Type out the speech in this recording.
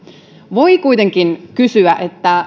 voi kuitenkin kysyä